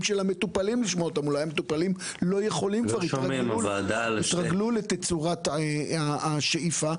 של המטופלים; אולי המטופלים כבר התרגלו לתצורת השאיפה?